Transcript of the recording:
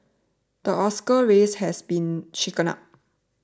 the Oscar race has been shaken up